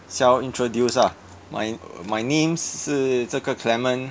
self introduce ah my my name 是这个 clement